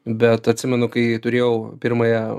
bet atsimenu kai turėjau pirmąją